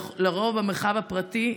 לרוב במרחב הפרטי,